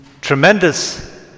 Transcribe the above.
tremendous